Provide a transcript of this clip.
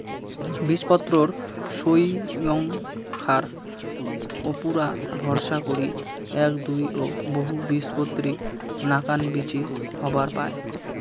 বীজপত্রর সইঙখার উপুরা ভরসা করি এ্যাক, দুই ও বহুবীজপত্রী নাকান বীচি হবার পায়